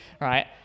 right